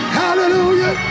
hallelujah